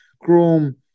Chrome